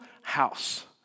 house